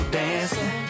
dancing